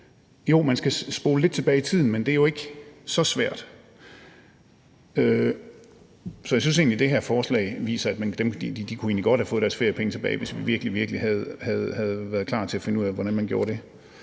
Jo, man skal spole lidt tilbage i tiden, men det er jo ikke så svært. Så jeg synes egentlig, det her forslag viser, at de egentlig godt kunne have fået deres feriepenge tilbage, hvis vi virkelig, virkelig havde været klar til at finde ud af, hvordan man gjorde det.